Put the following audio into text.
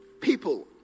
People